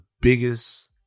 biggest